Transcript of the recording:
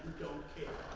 don't care.